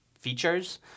features